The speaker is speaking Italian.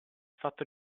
fatto